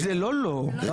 זה לא לא אבל,